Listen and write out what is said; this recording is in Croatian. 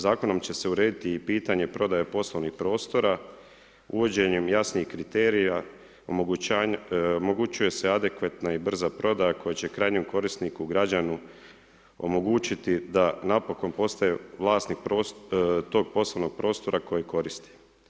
Zakonom će se urediti i pitanje prodaje poslovnih prostora, uvođenjem jasnih kriterija omogućuje se adekvatna i brza prodaja koja će krajnjem korisniku građanu omogućiti da napokon postaje vlasnik tog poslovnog prostora koji koristi.